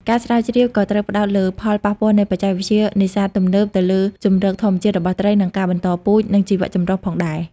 ការស្រាវជ្រាវក៏ត្រូវផ្តោតលើផលប៉ះពាល់នៃបច្ចេកវិទ្យានេសាទទំនើបទៅលើជម្រកធម្មជាតិរបស់ត្រី ការបន្តពូជ និងជីវចម្រុះផងដែរ។